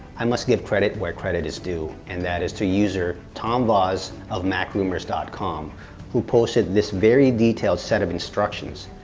i must give credit where credit due, and that is to user tomvos of macrumors dot com who posted this very detailed set of instructions.